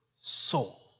soul